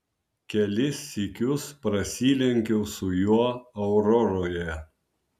kelis sykius prasilenkiau su juo auroroje